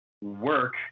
work